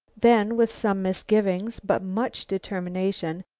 then, with some misgivings but much determination,